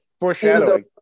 foreshadowing